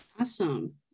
Awesome